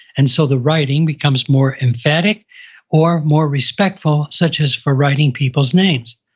and so the writing becomes more emphatic or more respectful, such as for writing people's names.